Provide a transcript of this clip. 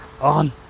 on